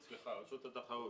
סליחה, רשות התחרות.